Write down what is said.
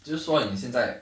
就说你现在